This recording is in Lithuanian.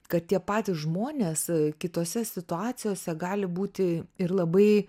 kad tie patys žmonės kitose situacijose gali būti ir labai